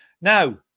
Now